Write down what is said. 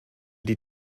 die